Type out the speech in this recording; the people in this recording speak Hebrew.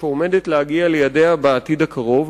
שעומדת להגיע לידיה בעתיד הקרוב.